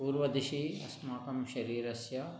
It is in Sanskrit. पूर्वदिशि अस्माकं शरीरस्य